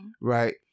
right